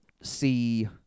see